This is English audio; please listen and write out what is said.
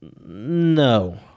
No